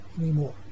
anymore